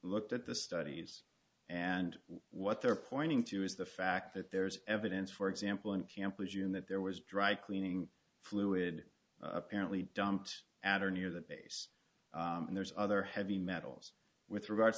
looked at the studies and what they're pointing to is the fact that there's evidence for example in camp was you in that there was dry cleaning fluid apparently dumped at or near the base and there's other heavy metals with regards